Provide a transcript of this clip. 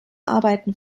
arbeiten